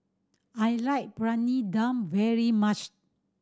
I like Briyani Dum very much